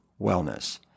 wellness